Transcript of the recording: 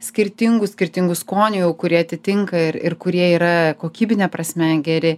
skirtingų skirtingų skonių jau kurie atitinka ir ir kurie yra kokybine prasme geri